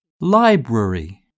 Library